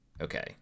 Okay